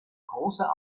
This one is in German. großer